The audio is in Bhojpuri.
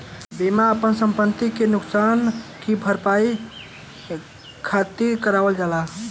बीमा आपन संपति के नुकसान की भरपाई खातिर करावल जाला